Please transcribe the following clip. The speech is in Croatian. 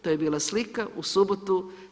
To je bila slika u subotu.